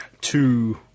two